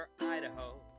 Idaho